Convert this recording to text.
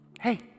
Hey